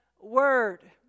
word